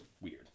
weird